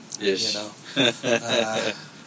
Yes